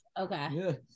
Okay